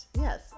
Yes